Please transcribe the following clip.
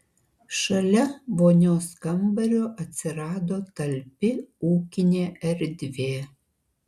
šalia vonios kambario atsirado talpi ūkinė erdvė